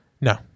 no